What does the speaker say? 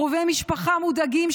קרובי משפחה מודאגים,